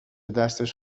دستش